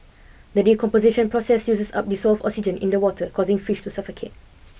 the decomposition process uses up dissolved oxygen in the water causing fish to suffocate